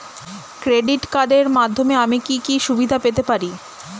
Credit কার্ডের মাধ্যমে আমি কি কি সুবিধা পেতে পারি?